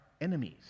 enemies